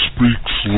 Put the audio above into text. Speaks